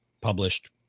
published